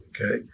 Okay